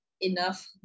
enough